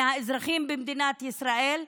מהאזרחים במדינת ישראל,